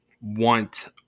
want